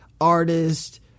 artist